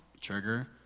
trigger